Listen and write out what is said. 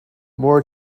more